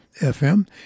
FM